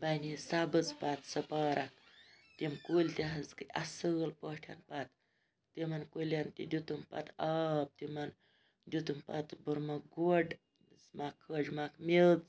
بَنے سبٕز پَتہٕ سۄ پارک تِم کُلۍ تہِ حظ کھٔتۍ اَصٕل پٲٹھۍ پَتہٕ تِمَن کُلٮ۪ن تہِ دیُتُم پَتہٕ آب تِمَن دیُتُم پَتہٕ بوٚرمَکھ گۄڈ دِژمَکھ کھٲجمَکھ میٚژ